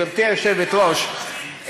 גברתי היושבת-ראש,